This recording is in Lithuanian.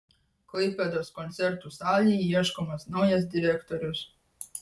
klaipėdos koncertų salei ieškomas naujas direktorius